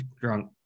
drunk